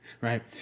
right